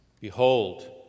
Behold